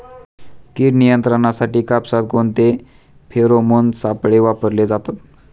कीड नियंत्रणासाठी कापसात कोणते फेरोमोन सापळे वापरले जातात?